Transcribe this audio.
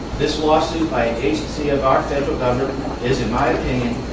this lawsuit by an agency of our federal government is, in my opinion,